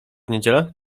niedzielę